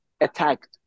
attacked